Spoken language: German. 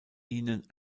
ihnen